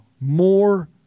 more